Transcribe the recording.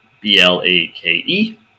B-L-A-K-E